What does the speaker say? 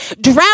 Drown